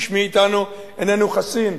איש מאתנו איננו חסין.